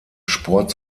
sport